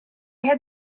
had